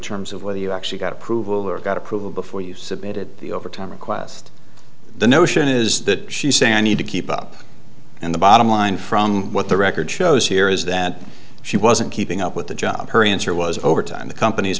terms of whether you actually got approval or got approval before you submitted the overtime request the notion is that she say i need to keep up and the bottom line from what the record shows here is that she wasn't keeping up with the job her answer was over time the company's